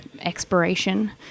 expiration